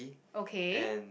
okay